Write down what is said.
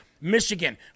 Michigan